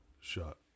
Shot